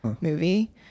movie